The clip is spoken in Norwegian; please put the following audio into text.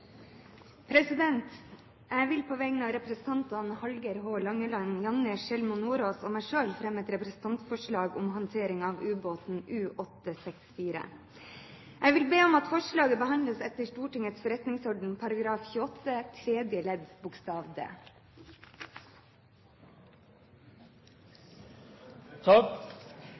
Jeg vil på vegne av representantene Hallgeir H. Langeland, Janne Sjelmo Nordås og meg selv fremme et representantforslag om håndteringen av ubåten U-864. Jeg vil be om at forslaget behandles etter Stortingets forretningsorden § 28